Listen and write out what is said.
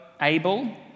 Abel